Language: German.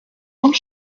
und